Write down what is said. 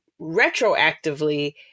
retroactively